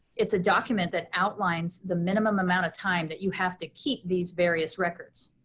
it's a document that outlines the minimum amount of time that you have to keep these various records.